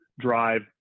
drive